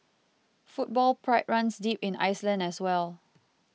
football pride runs deep in Iceland as well